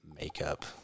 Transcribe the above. makeup